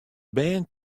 bern